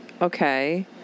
Okay